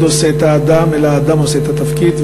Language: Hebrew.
עושה את האדם אלא האדם עושה את התפקיד,